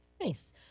Nice